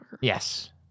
Yes